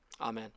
amen